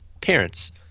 parents